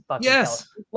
Yes